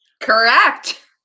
Correct